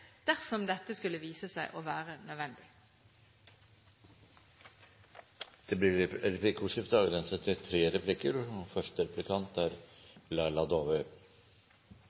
dersom dette skulle vise seg å være nødvendig. Det blir replikkordskifte. Statsråden var inne på ulike gode tiltak som vi alle sammen er